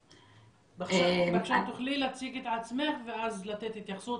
בבקשה, אם תוכלי להציג את עצמך ואז לתת התייחסות.